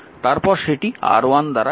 তারপর সেটি R1 দ্বারা বিভক্ত